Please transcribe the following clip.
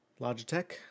Logitech